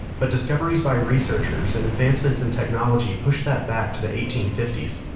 but discoveries by researchers and advancements in technology pushed that back to the eighteen fifty s.